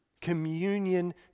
Communion